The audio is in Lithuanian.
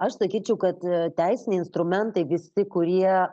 aš sakyčiau kad teisiniai instrumentai visi kurie